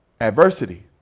adversity